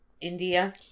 India